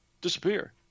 disappear